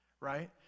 right